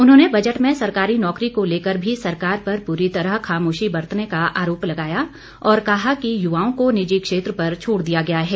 उन्होंने बजट में सरकारी नौकरी को लेकर भी सरकार पर पूरी तरह खामोशी बरतने का आरोप लगाया और कहा कि युवाओं को निजी क्षेत्र पर छोड़ दिया गया है